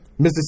Mr